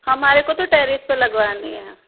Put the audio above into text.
हमारे को तो टैरेस पर लगवानी हैं